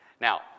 Now